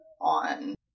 on